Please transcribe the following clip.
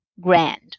grand